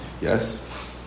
yes